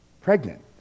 pregnant